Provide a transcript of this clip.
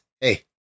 hey